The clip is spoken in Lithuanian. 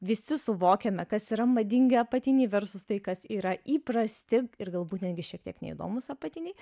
visi suvokiame kas yra madingi apatiniai versus tai kas yra įprasti ir galbūt netgi šiek tiek neįdomūs apatiniai